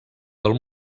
del